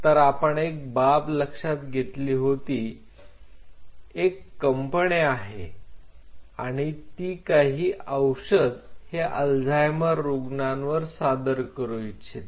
तर आपण एक बाब लक्षात घेतली होती एक कंपनी आहे आणि ती काही औषध हे अल्झायमर रुग्णांवर सादर करू इच्छिते